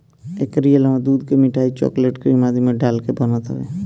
एकरी अलावा दूध के मिठाई, चोकलेट, क्रीम आदि में डाल के बनत हवे